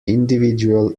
individual